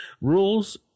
Rules